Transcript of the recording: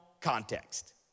context